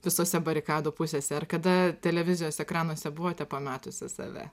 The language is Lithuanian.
visose barikadų pusėse ar kada televizijos ekranuose buvote pametusi save